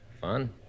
Fun